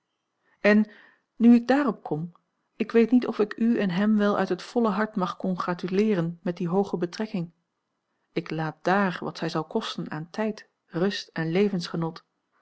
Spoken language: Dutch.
en nu ik daarop kom ik weet niet of ik u en hem wel uit het volle hart mag congratuleeren met die hooge betrekking ik laat dààr wat zij zal kosten aan tijd rust en